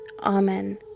Amen